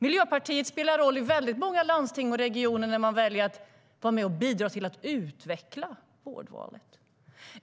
Miljöpartiet spelar roll i många landsting och regioner när man väljer att vara med och bidra till att utveckla vårdvalet.